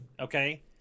okay